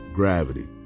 gravity